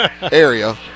area